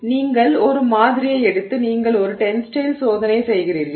எனவே நீங்கள் ஒரு மாதிரியை எடுத்து நீங்கள் ஒரு டென்ஸைல் சோதனை செய்கிறீர்கள்